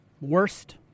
worst